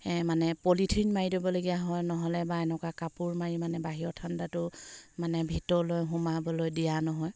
এই মানে পলিথিন মাৰি দিবলগীয়া হয় নহ'লে বা এনেকুৱা কাপোৰ মাৰি মানে বাহিৰৰ ঠাণ্ডাটো মানে ভিতৰলৈ সোমাবলৈ দিয়া নহয়